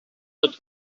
tot